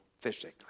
physically